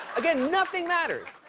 again nothing matters!